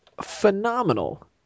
phenomenal